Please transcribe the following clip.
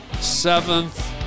seventh